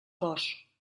cos